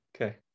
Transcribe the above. okay